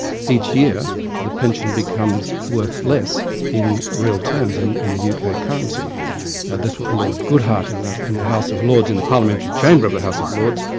each year the pension becomes worth less in real terms, in in the uk ah currency. now that's what lord goodheart in the in the house of lords, in the parliamentary chamber of the house of lords,